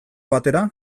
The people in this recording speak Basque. batera